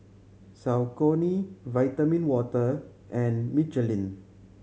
Saucony Vitamin Water and Michelin